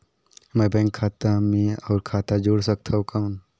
मैं बैंक खाता मे और खाता जोड़ सकथव कौन?